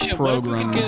program